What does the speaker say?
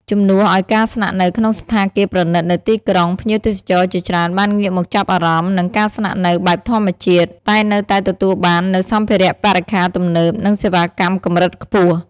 ជំនួសឲ្យការស្នាក់នៅក្នុងសណ្ឋាគារប្រណីតនៅទីក្រុង ភ្ញៀវទេសចរជាច្រើនបានងាកមកចាប់អារម្មណ៍នឹងការស្នាក់នៅបែបធម្មជាតិ តែនៅតែទទួលបាននូវសម្ភារៈបរិក្ខារទំនើប និងសេវាកម្មកម្រិតខ្ពស់។